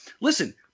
Listen